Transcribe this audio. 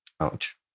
Ouch